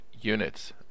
units